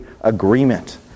agreement